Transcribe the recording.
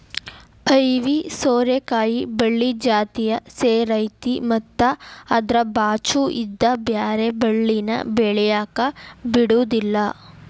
ಐವಿ ಸೋರೆಕಾಯಿ ಬಳ್ಳಿ ಜಾತಿಯ ಸೇರೈತಿ ಮತ್ತ ಅದ್ರ ಬಾಚು ಇದ್ದ ಬ್ಯಾರೆ ಬಳ್ಳಿನ ಬೆಳ್ಯಾಕ ಬಿಡುದಿಲ್ಲಾ